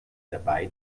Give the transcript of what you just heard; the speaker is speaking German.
dabei